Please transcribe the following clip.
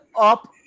up